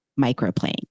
microplane